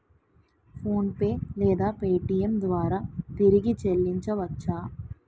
PhonePe లేదా Paytm ద్వారా తిరిగి చల్లించవచ్చ?